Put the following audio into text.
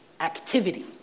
activity